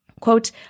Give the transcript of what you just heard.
Quote